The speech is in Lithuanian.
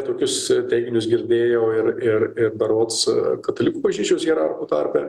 tokius teiginius girdėjau ir ir ir berods katalikų bažnyčios hierarchų tarpe